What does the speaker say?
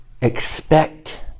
expect